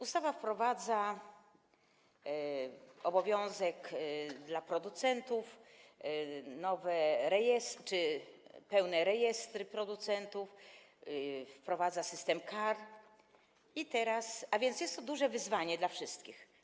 Ustawa wprowadza nowe obowiązki dla producentów, nowy rejestr czy pełny rejestr producentów, wprowadza system kar, a więc jest to duże wyzwanie dla wszystkich.